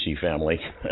family